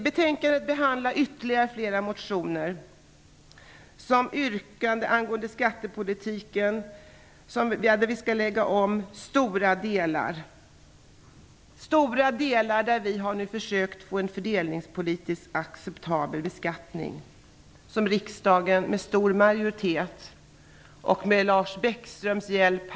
Betänkandet behandlar ytterligare motioner som yrkar på att vi på skattepolitikens område skall lägga om stora delar, stora delar där vi nu har försökt att få en fördelningspolitiskt acceptabel beskattning, som riksdagen kunde besluta om i december med stor majoritet och med Lars Bäckströms hjälp.